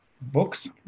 books